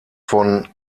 von